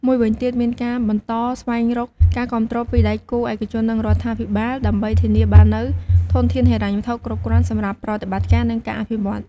មួយវិញទៀតមានការបន្តស្វែងរកការគាំទ្រពីដៃគូឯកជន និងរដ្ឋាភិបាល ដើម្បីធានាបាននូវធនធានហិរញ្ញវត្ថុគ្រប់គ្រាន់សម្រាប់ប្រតិបត្តិការ និងការអភិវឌ្ឍន៍។